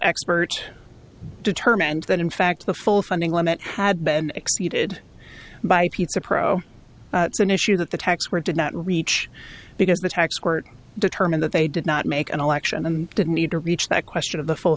expert determined that in fact the full funding limit had been exceeded by pizza pro it's an issue that the tax were did not reach because the tax court determined that they did not make an election and didn't need to reach that question of the full